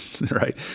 right